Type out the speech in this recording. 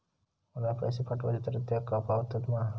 Online पैसे पाठवचे तर तेका पावतत मा?